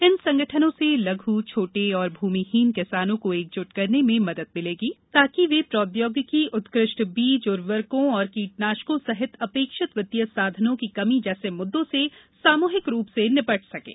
इन संगठनों से लघ् छोटे और भूमिहीन किसानों को एकजुट करने में मदद मिलेगी ताकि वे प्रौद्याोगिकी उत्कृष्ट बीज उर्वरकों और कीटनाशकों सहित अपेक्षित वित्तीय साधनों की कमी जैसे मुद्दों से सामूहिक रूप से निपट सकें